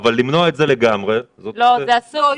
אבל למנוע את זה לגמרי --- זה אסור.